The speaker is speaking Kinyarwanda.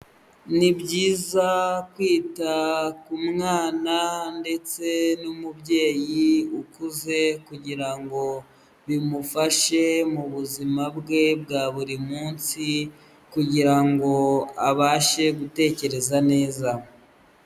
Ni byiza kwita ku mwana ndetse n'umubyeyi ukuze kugira ngo bimufashe mu buzima bwe bwa buri munsi, kugira ngo abashe gutekereza neza.